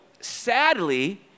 sadly